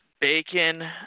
bacon